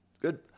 Good